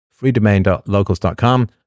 freedomain.locals.com